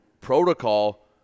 protocol